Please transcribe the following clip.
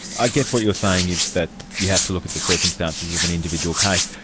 i guess what you're saying is that you have to look at the circumstances of an individual case.